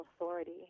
authority